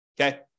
okay